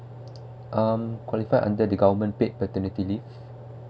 um qualify under the government paid paternity leave